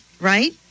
right